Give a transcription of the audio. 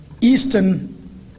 Eastern